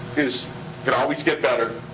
is, can always get better.